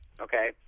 Okay